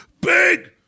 big